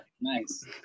nice